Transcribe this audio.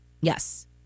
Yes